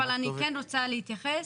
אבל אני כן רוצה להתייחס